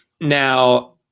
Now